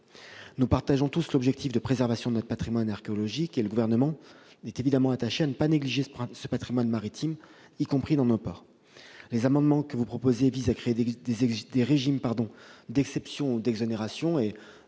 Nous partageons tous l'objectif de préservation de notre patrimoine archéologique et le Gouvernement est évidemment attaché à ne pas négliger le patrimoine maritime, y compris dans nos ports. Les amendements que vous proposez visent à créer des régimes d'exception ou d'exonération.